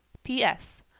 p s.